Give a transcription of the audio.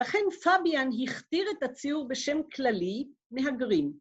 אכן פביאן הכתיר את הציור בשם כללי מהגרים.